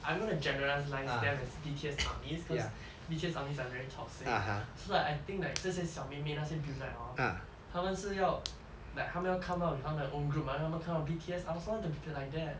I'm gonna generalise them as B_T_S armys cause B_T_S armys are very toxic so like I think like 这些小妹妹这些 beaunite hor 他们就是要 like 他们要 come up with 他们的 own group mah 因为他们看到 B_T_S I also want to be like that